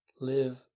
live